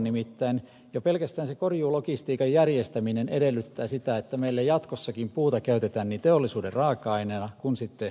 nimittäin jo pelkästään se korjuulogistiikan järjestäminen edellyttää sitä että meillä jatkossakin puuta käytetään niin teollisuuden raaka aineena kuin sitten energian tuotannossa